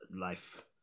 life